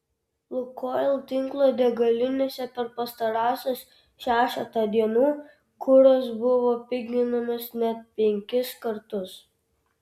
lukoil tinklo degalinėse per pastarąsias šešetą dienų kuras buvo piginamas net penkis kartus